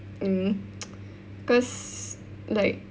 mm because like